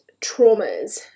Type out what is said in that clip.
traumas